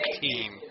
team